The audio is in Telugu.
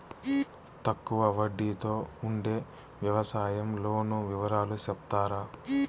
తక్కువ వడ్డీ తో ఉండే వ్యవసాయం లోను వివరాలు సెప్తారా?